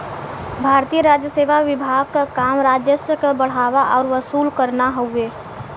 भारतीय राजसेवा विभाग क काम राजस्व क बढ़ाना आउर वसूल करना हउवे